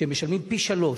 שהם משלמים פי-שלושה.